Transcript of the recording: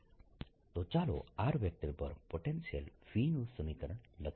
તો ચાલો r vector પર પોટેન્શિયલ V નું સમીકરણ લખીએ